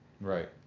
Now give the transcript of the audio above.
Right